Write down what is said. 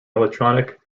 electronic